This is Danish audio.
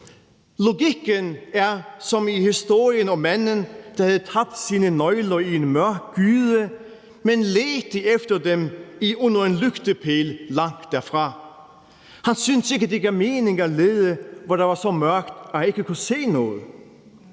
Logikken er som i historien om manden, der havde tabt sine nøgler i en mørk gyde, men ledte efter dem under en lygtepæl langt derfra. Han syntes ikke, det gav mening at lede, hvor der var så mørkt, at han ikke kunne se noget.